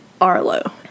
Arlo